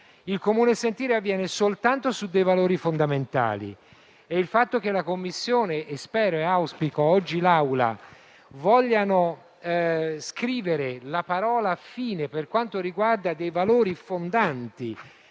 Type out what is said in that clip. il comune sentire avviene soltanto su dei valori fondamentali. Il fatto che la Commissione e - come spero e auspico - oggi anche l'Aula vogliano scrivere la parola fine per quanto riguarda valori fondanti